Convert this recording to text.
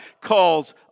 calls